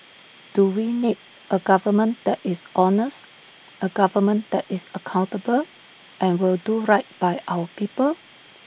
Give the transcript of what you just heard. do we need A government that is honest A government that is accountable and will do right by our people